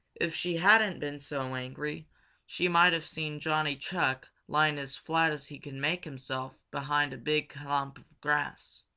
if she hadn't been so angry she might have seen johnny chuck lying as flat as he could make himself behind a big clump of grass.